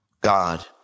God